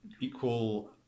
equal